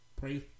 Pray